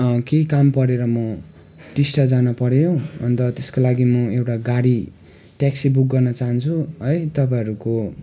केही काम परेर म टिस्टा जानपर्यो अन्त त्यसका लागि म एउटा गाडी ट्याक्सी बुक गर्न चाहन्छु है तपाईँहरूको